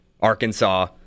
Arkansas